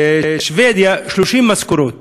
בשבדיה, 30 משכורות.